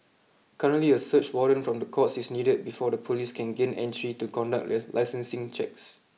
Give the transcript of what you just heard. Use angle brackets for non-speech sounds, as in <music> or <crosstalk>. currently a search warrant from the courts is needed before the police can gain entry to conduct <unintelligible> licensing checks